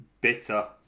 bitter